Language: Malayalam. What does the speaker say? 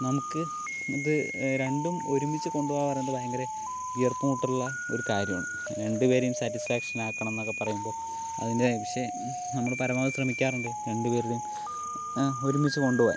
നമുക്ക് ഇത് രണ്ടും ഒരുമിച്ച് കൊണ്ട് പോവാന്നുള്ളത് ഭയങ്കര വീർപ്പ് മുട്ടുള്ള ഒരു കാര്യമാണ് രണ്ട് പേരെയും സാറ്റിസ്ഫാക്ഷൻ ആക്കണമെന്നൊക്കെ പറയുമ്പോൾ അതിൻ്റെ പക്ഷേ നമ്മൾ പരമാവധി ശ്രമിക്കാറുണ്ട് രണ്ട് പേരുടെയും ഒരുമിച്ച് കൊണ്ടുപോകാൻ